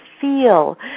feel